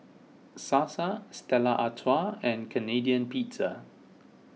Sasa Stella Artois and Canadian Pizza